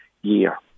year